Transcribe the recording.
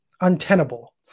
untenable